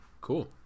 cool